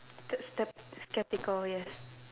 that's step skeptical yes